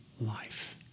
life